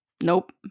Nope